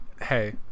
hey